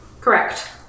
Correct